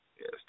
Yes